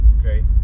okay